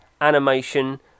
animation